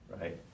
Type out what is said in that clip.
right